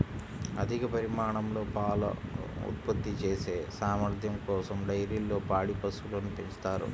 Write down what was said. అధిక పరిమాణంలో పాలు ఉత్పత్తి చేసే సామర్థ్యం కోసం డైరీల్లో పాడి పశువులను పెంచుతారు